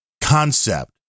concept